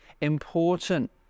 important